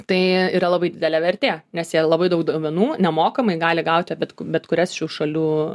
tai yra labai didelė vertė nes yra labai daug duomenų nemokamai gali gauti bet bet kurias šių šalių